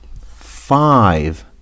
Five